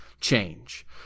change